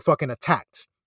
attacked